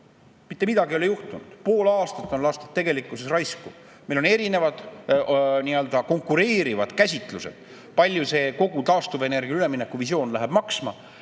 Mitte midagi ei ole juhtunud, pool aastat on lastud raisku. Meil on erinevad konkureerivad käsitlused, kui palju see kogu taastuvenergia üleminekuvisioon läheb maksma,